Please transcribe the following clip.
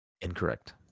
Incorrect